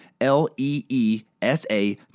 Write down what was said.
L-E-E-S-A